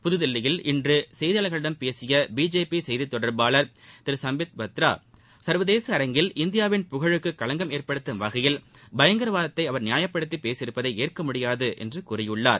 புதுதில்லியில் இன்று செய்தியாளர்களிடம் பேசிய பிஜேபி செய்தி தொடர்பாளர் திரு சும்பித் பத்ரா சர்வதேச அரங்கில் இந்தியாவின் புகழுக்கு கலங்கம் ஏற்படுத்தும் வகையில் பயங்கரவாதத்தை அவர் நியாயப்படுத்தி பேசியிருப்பதை ஏற்க முடியாது என்று கூறியுள்ளார்